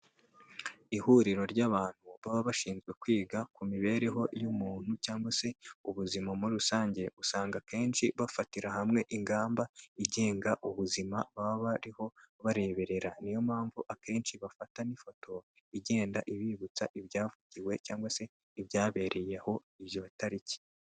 Ihuriro ry'abantu baba bashinzwe kwiga ku mibereho y'umuntu cyangwa se ubuzima muri rusange, usanga akenshi bafatira hamwe ingamba igenga ubuzima baba bariho bareberera, niyo mpamvu akenshi bafata n'ifoto igenda ibibutsa ibyavugiwe cyangwa se ibyabereyeho iyo tariki.